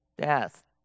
death